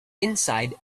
inside